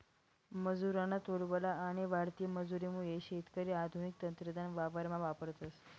मजुरना तुटवडा आणि वाढती मजुरी मुये शेतकरी आधुनिक तंत्रज्ञान वावरमा वापरतस